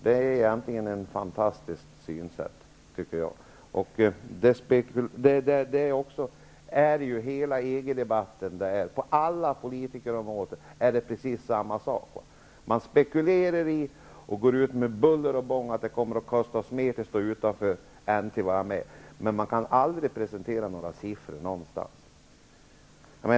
Det är egentligen ett fantastiskt synsätt, tycker jag. På politikens alla områden är det precis samma sak. Man spekulerar och talar om med buller och bång att det kommer att kosta mer att stå utanför än att vara med, men man kan aldrig presentera siffror någonstans.